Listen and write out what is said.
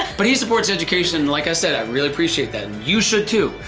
but he supports education. like i said, i really appreciate that. you should too.